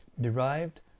derived